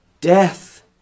death